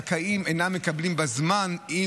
הזכאים גם אינם מקבלים בזמן.